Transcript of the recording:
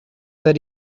that